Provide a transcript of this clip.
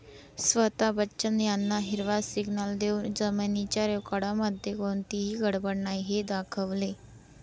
स्वता बच्चन यांना हिरवा सिग्नल देऊन जमिनीच्या रेकॉर्डमध्ये कोणतीही गडबड नाही हे दाखवले